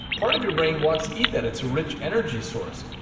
part of your brain wants to eat that, it's a rich energy source.